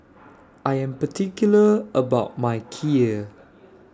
I Am particular about My Kheer